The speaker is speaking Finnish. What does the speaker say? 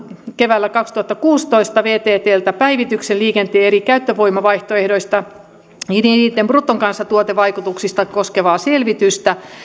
keväällä kaksituhattakuusitoista vttltä päivityksen liikenteen eri käyttövoimavaihtoehtoja ja niiden bruttokansantuotevaikutuksia koskevaan